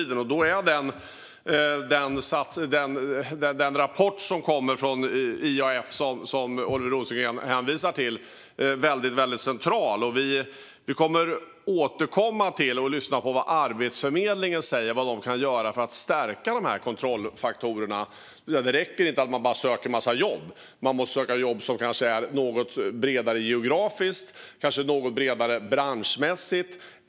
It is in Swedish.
Den rapport från IAF som Oliver Rosengren hänvisar till är central, och vi ska också lyssna på vad Arbetsförmedlingen kan göra för att stärka dessa kontrollfaktorer. Det räcker som sagt inte att söka en massa jobb, utan man måste också öka sökandet geografiskt och branschmässigt.